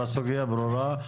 הסוגיה ברורה.